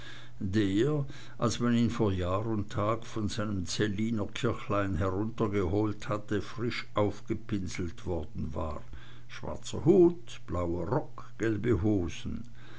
der als man ihn vor jahr und tag von seinem zelliner kirchturm heruntergeholt hatte frisch aufgepinselt worden war schwarzer hut blauer rock gelbe hosen